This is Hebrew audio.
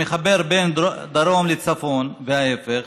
המחבר בין דרום לצפון וההפך,